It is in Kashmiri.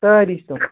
ساری چھِ تِم